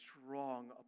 strong